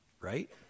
right